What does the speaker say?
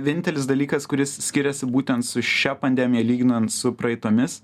vienintelis dalykas kuris skiriasi būtent su šia pandemija lyginant su praeitomis